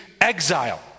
exile